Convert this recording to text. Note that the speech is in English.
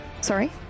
Sorry